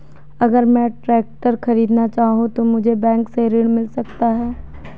अगर मैं ट्रैक्टर खरीदना चाहूं तो मुझे बैंक से ऋण मिल सकता है?